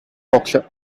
boxer